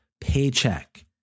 paycheck